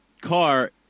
car